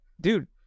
dude